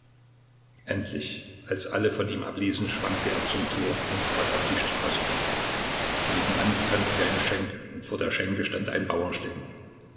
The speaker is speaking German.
endlich als alle von ihm abließen schwankte er zum tor und trat auf die straße nebenan befand sich eine schenke und vor der schenke stand ein